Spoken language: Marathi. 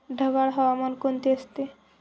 ढगाळ हवामान कोणते असते?